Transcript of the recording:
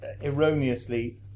erroneously